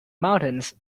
mountains